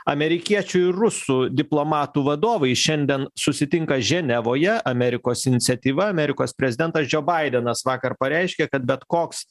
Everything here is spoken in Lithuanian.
amerikiečių ir rusų diplomatų vadovai šiandien susitinka ženevoje amerikos iniciatyva amerikos prezidentas džio baidenas vakar pareiškė kad bet koks